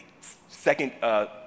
second